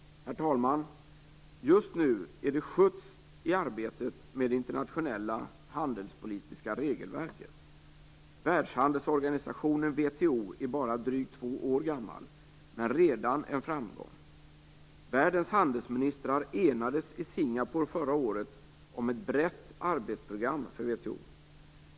Herr talman! Just nu är det skjuts i arbetet med det internationella handelspolitiska regelverket. Världshandelsorganisationen WTO är bara drygt två år gammal men redan en framgång. Världens handelsministrar enades i Singapore förra året om ett brett arbetsprogram för WTO.